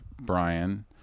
Brian